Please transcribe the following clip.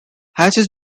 hatches